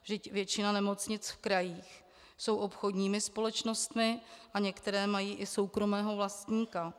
Vždyť většina nemocnic v krajích jsou obchodními společnostmi a některé mají i soukromého vlastníka.